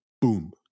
boom